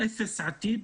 אפס עתיד,